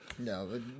No